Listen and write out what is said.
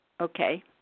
Okay